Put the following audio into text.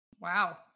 Wow